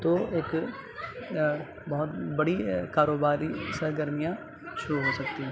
تو ایک بہت بڑی کاروباری سرگرمیاں شروع ہوسکتی ہیں